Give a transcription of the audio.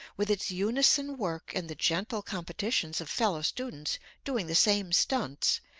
with its unison work and the gentle competitions of fellow-students doing the same stunts,